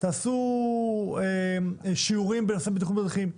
תעשו שיעורים בנושא בטיחות בדרכים,